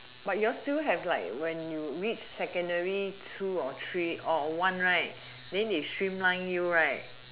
but you all still have like when you reach secondary two or three or one right then they streamline you right